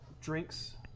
drinks